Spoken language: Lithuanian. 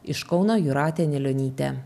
iš kauno jūratė anilionytė